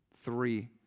three